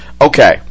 okay